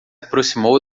aproximou